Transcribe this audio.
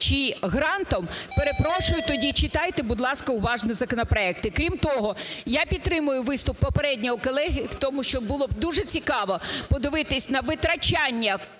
чи грантом, перепрошую, тоді читайте, будь ласка, уважно законопроект. Крім того, я підтримую виступ попереднього колеги в тому, що було б дуже цікаво подивитись на витрачання